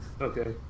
Okay